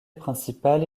principale